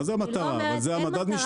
מה זה המטרה, אבל זה המדד משתנה.